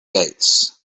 gates